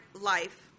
life